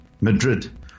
Madrid